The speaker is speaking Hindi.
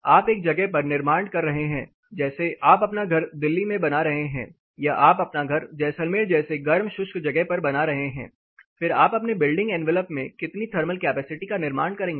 आप एक जगह पर निर्माण कर रहे हैं जैसे आप अपना घर दिल्ली में बना रहे हैं या आप अपना घर जैसलमेर जैसी गर्म शुष्क जगह पर बना रहे हैं फिर आप अपने बिल्डिंग एनवेलप में कितनी थर्मल कैपेसिटी का निर्माण करेंगे